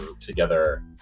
together